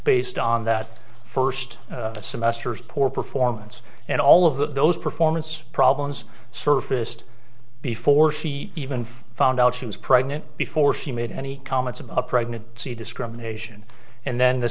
based on that first semester's poor performance and all of those performance problems surfaced before she even found out she was pregnant before she made any comments about a pregnant see discrimination and then the